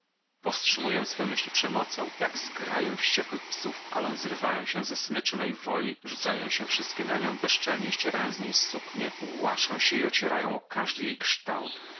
powstrzymuję swe myśli przemocą jak zgraję wściekłych psów ale one zrywają się ze smyczy mej woli rzucają się wszystkie na nią bezczelnie zdzierają z niej suknie łaszą się i ocierają o każdy jej kształt